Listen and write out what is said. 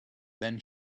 then